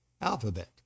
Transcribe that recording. alphabet